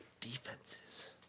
defenses